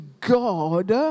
god